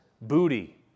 Booty